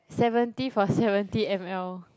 seventy for seventy m_l